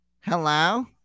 Hello